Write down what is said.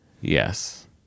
Yes